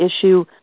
issue